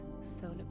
solar